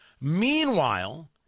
Meanwhile